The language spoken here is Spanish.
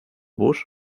bus